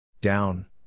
Down